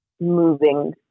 moving